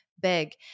big